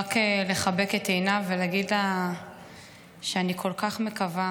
רק לחבק את עינב ולהגיד לה שאני כל כך מקווה